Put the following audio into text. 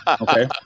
Okay